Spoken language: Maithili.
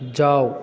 जाउ